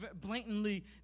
blatantly